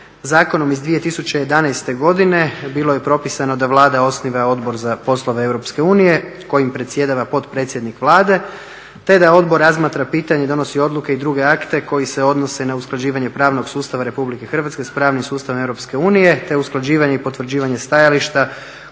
zakonom iz 2011. godine bilo je propisano da Vlada osniva Odbor za poslove EU kojim predsjedava potpredsjednik Vlade te da Odbor razmatra pitanje, donosi odluke i druge akte koji se odnose na usklađivanje pravnog sustava RH s pravnim sustavom EU te usklađivanje i potvrđivanje stajališta